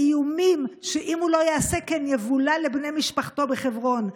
באיומים שאם הוא לא יעשה כן יבולע לבני משפחתו בחברון,